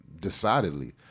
decidedly